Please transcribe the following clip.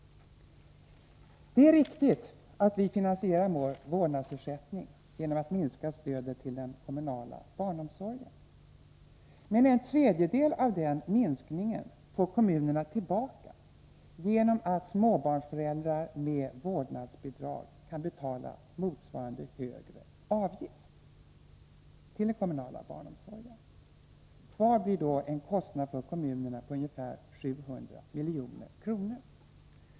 Det är riktigt att vi finansierar vår vårdnadsersättning genom att minska stödet till den kommunala barnomsorgen. Men en tredjedel av den minskningen får kommunerna tillbaka genom att småbarnsföräldrar med vårdnadsbidrag kan betala motsvarande högre avgift till den kommunala barnomsorgen. Kvar blir då en kostnad för kommunerna på ungefär 700 milj.kr.